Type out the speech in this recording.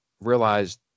realized